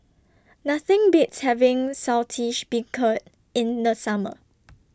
Nothing Beats having Saltish Beancurd in The Summer